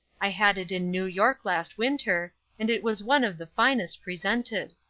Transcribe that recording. i had it in new york last winter, and it was one of the finest presented.